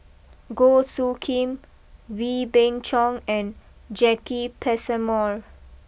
Goh Soo Khim Wee Beng Chong and Jacki Passmore